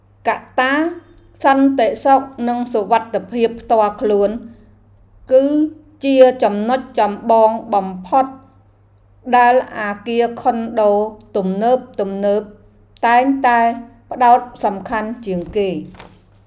កត្តាសន្តិសុខនិងសុវត្ថិភាពផ្ទាល់ខ្លួន គឺជាចំណុចចម្បងបំផុតដែលអគារខុនដូទំនើបៗតែងតែផ្តោតសំខាន់ជាងគេ។